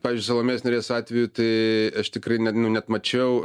pavyzdžiui salomėjos nėries atveju tai aš tikrai net net mačiau